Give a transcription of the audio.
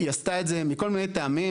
והיא עשתה את זה מכל מיני טעמים,